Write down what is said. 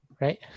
right